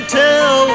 tell